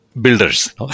builders